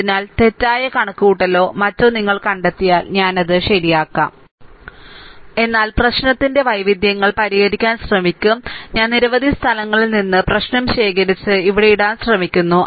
അതിനാൽ തെറ്റായ കണക്കുകൂട്ടലോ മറ്റോ നിങ്ങൾ കണ്ടെത്തിയാൽ ഞാൻ അത് ശരിയാക്കും എന്നാൽ പ്രശ്നത്തിന്റെ വൈവിധ്യങ്ങൾ പരിഹരിക്കാൻ ശ്രമിക്കും ഞാൻ നിരവധി സ്ഥലങ്ങളിൽ നിന്ന് പ്രശ്നം ശേഖരിച്ച് ഇവിടെ ഇടാൻ ശ്രമിക്കുന്നു